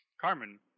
Carmen